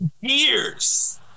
years